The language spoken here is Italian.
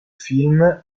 film